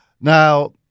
Now